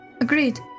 Agreed